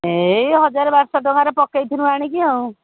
ଏଇ ହଜାର ବାରଶହ ଟଙ୍କାର ପକେଇଥିଲୁ ଆଣିକି ଆଉ